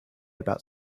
about